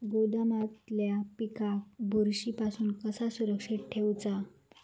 गोदामातल्या पिकाक बुरशी पासून कसा सुरक्षित ठेऊचा?